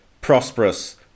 prosperous